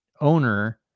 owner